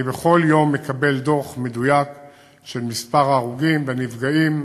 אני בכל יום מקבל דוח מדויק של מספר ההרוגים והנפגעים